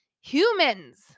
humans